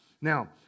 Now